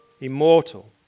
immortal